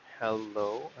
Hello